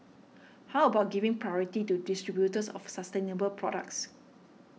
how about giving priority to distributors of sustainable products